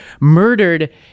murdered